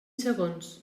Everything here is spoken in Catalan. segons